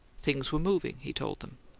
things were moving, he told them.